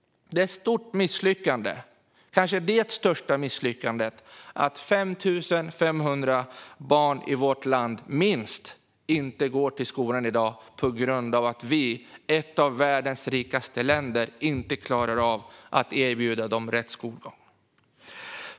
Det är ett stort misslyckande, kanske det största misslyckandet, att minst 5 500 barn i vårt land inte går till skolan i dag på grund av att vi i ett av världens rikaste länder inte klarar av att erbjuda dem rätt skolgång.